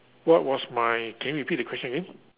what was my can you repeat the question again